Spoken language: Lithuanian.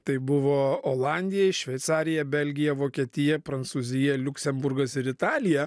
tai buvo olandija šveicarija belgija vokietija prancūzija liuksemburgas ir italija